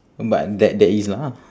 but there there is lah